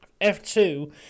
F2